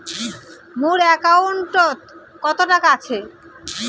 মোর একাউন্টত কত টাকা আছে?